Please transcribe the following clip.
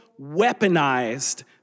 weaponized